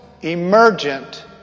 emergent